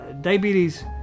diabetes